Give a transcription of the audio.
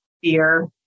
fear